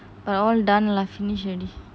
but all done lah finish already